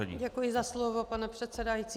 Děkuji za slovo, pane předsedající.